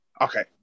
okay